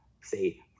say